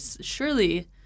surely